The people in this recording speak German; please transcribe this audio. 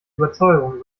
überzeugungen